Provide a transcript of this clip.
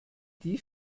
die